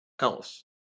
else